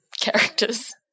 characters